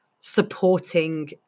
supporting